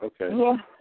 okay